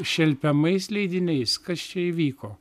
šelpiamais leidiniais kas čia įvyko